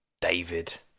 David